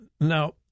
Now